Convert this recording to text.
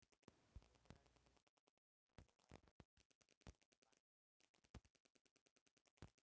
जेकरा खेत खूब ढेर होला ओकरा खातिर कम्पाईन मशीन बहुते नीमन बा